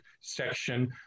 section